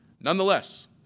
Nonetheless